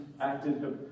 acted